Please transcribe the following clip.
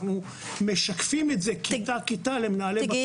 אנחנו משקפים את זה כיתה-כיתה למנהלי בתי הספר.